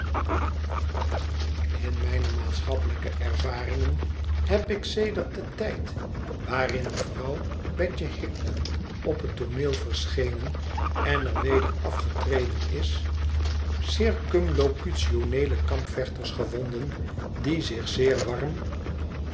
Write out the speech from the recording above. in mijne maatschappelijke ervaringen heb ik sedert den tijd waarin vrouw betje higden op het tooneel verschenen en er weder afgetreden is circumlocutioneele kampvechters gevonden die zich zeer warm